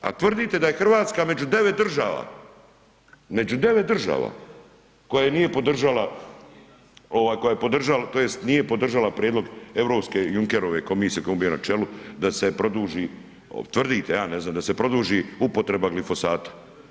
A tvrdite da je Hrvatska među 9 država, među 9 država koja nije podržala, ovaj koja je podržala tj. nije podržala prijedlog europske Junckerove komisije kojoj je on bio na čelu da se produži, tvrdite ja ne znam, da se produži upotreba glifosata.